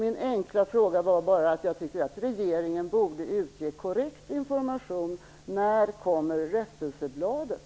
Jag tycker alltså att regeringen borde ge korrekt information, och min enkla fråga är: När kommer rättelsebladet?